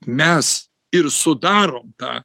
mes ir sudarom tą